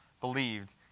believed